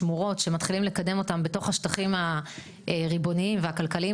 שמורות שמתחילים לקדם אותם בתוך השטחים הריבוניים והכלכליים